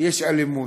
יש אלימות,